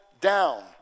down